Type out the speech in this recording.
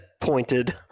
Pointed